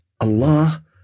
Allah